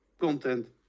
content